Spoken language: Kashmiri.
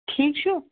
ٹھیٖک چھُو